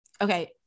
okay